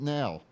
now